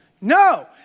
No